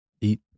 eat